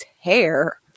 hair